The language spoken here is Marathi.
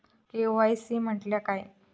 के.वाय.सी म्हटल्या काय?